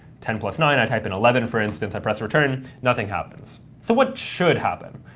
ten plus nine, i type in eleven for instance, i press return, nothing happens. so what should happen?